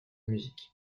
musique